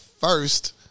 first